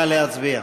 נא להצביע.